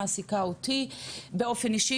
מעסיקה אותי באופן אישי,